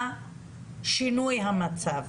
לתמוך בשינוי המצב.